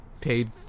Paid